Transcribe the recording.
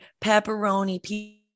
pepperoni